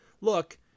look